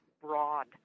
broad